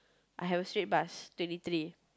I have a straight bus twenty three